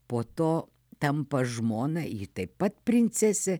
po to tampa žmona ji taip pat princesė